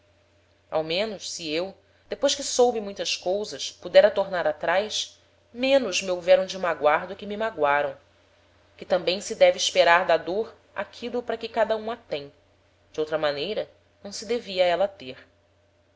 ao menos se eu depois que soube muitas cousas pudera tornar atraz menos me houveram de magoar do que me magoaram que tambem se deve esperar da dôr aquilo para que cada um a tem de outra maneira não se devia éla ter